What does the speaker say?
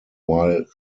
while